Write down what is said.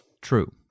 True